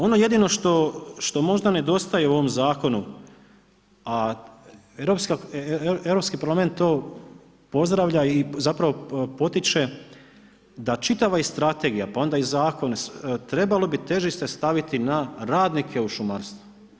Ono jedino što možda nedostaje u ovom zakonu a Europski parlament to pozdravlja i zapravo potiče da čitava i strategija pa onda i zakon trebalo bi težište staviti na radnike u šumarstvu.